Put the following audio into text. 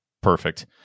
Perfect